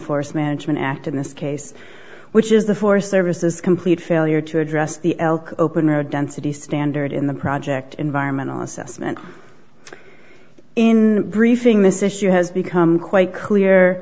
forest management act in this case which is the forest service is complete failure to address the elk open road density standard in the project environmental assessment in briefing this issue has become quite clear